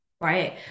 right